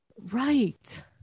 Right